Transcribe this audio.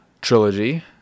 Trilogy